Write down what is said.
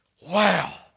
Wow